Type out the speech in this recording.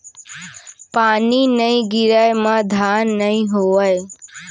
पानी नइ गिरय म धान नइ होवय